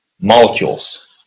molecules